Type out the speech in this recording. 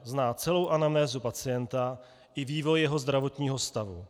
Zná celou anamnézu pacienta i vývoj jeho zdravotního stavu.